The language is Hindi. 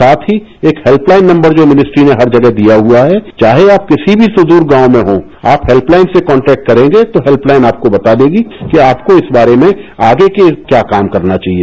साथ ही एक हेल्प लाइन नम्बर जो मिनिस्टरी ने हर जगह दिया हुआ है चाहे आप किसी भी सुद्रर गांव में हों आप हेल्प लाइन से कांटेक्ट करेंगे तो हेल्पलाइन आपको बता देगी कि आपको इस बारे में आगे के क्या काम करना चाहिए